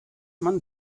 man